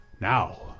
now